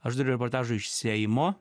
aš dariau reportažą iš seimo